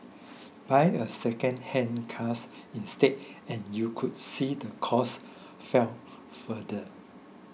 buy a second hand cars instead and you could see the costs fell further